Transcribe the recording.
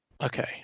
Okay